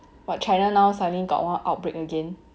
what china now suddenly got one outbreak again